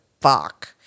fuck